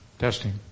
testing